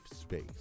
space